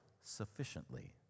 sufficiently